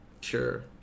Sure